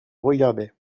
regardaient